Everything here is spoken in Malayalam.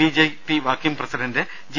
B J P working president J